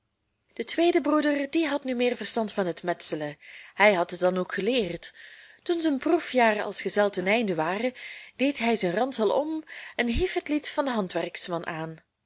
de tweede broeder die had nu meer verstand van het metselen hij had dit dan ook geleerd toen zijn proefjaren als gezel ten einde waren deed hij zijn ransel om en hief het lied van den handwerksman aan